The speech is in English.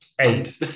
Eight